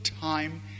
time